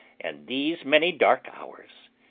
and these many dark hours.